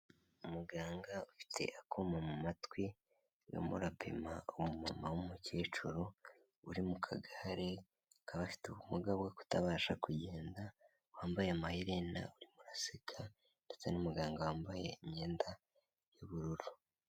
Umuganga ufite akuma mu matwi urimo urapima umumama w'umukecuru uri mu kagare k'abafite ubumuga bwo kutabasha kugenda, wambaye amaherena urimo guseka, ndetse n'umuganga wambaye imyenda y'ubururu.